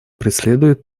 преследует